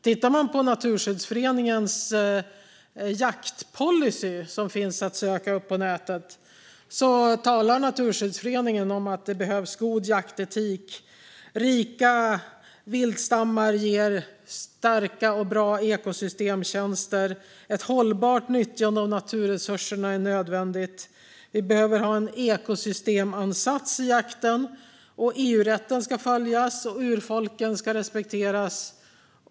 Tittar man på Naturskyddsföreningens jaktpolicy, som finns att söka upp på nätet, talar Naturskyddsföreningen om att det behövs god jaktetik. Rika viltstammar ger starka och bra ekosystemtjänster. Ett hållbart nyttjande av naturresurserna är nödvändigt. Vi behöver ha en ekosystemansats i jakten. EU-rätten ska följas. Urfolken ska respekteras.